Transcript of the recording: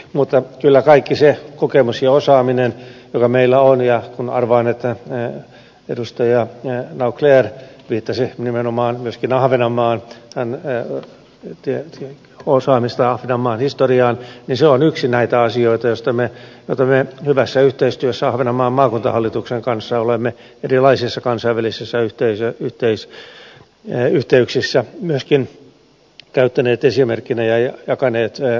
mutta kyllä kaikki se kokemus ja osaaminen joka meillä on ja kun arvaan että edustaja naucler viittasi nimenomaan myöskin osaamiseen ahvenanmaan hämmentää nykyhetken osaamista ja maan historiaan ja historiassa on yksi näitä asioita joita me hyvässä yhteistyössä ahvenanmaan maakuntahallituksen kanssa olemme erilaisissa kansainvälisissä yhteyksissä myöskin käyttäneet esimerkkinä ja jakaneet kokemuksiamme